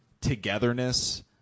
togetherness